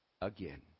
again